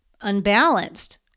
unbalanced